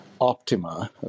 Optima